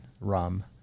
rum